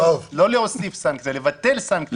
לא להוסיף סנקציה, לבטל סנקציה.